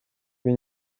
b’i